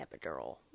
epidural